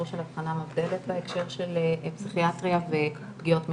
לעשות אבחנה מבדלת בהקשר של פסיכיאטריה ופגיעות מיניות,